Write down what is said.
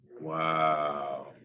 Wow